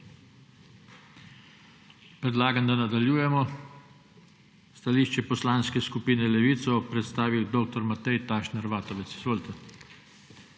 Predlagam, da nadaljujemo. Stališče Poslanske skupine Levica bo predstavil dr. Matej Tašner Vatovec. Izvolite.